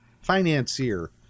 financier